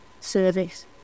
service